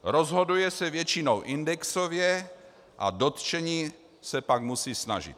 Rozhoduje se většinou indexově a dotčení se pak musí snažit.